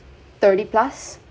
thirty plus